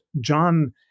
John